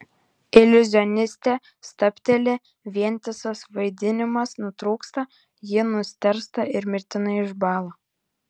iliuzionistė stabteli vientisas vaidinimas nutrūksta ji nustėrsta ir mirtinai išbąla